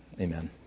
amen